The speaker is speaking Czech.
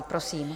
Prosím.